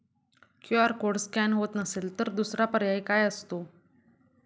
QR code scan होत नसेल तर दुसरा पर्याय काय असतो?